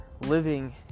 living